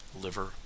liver